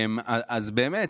אז באמת,